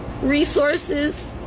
resources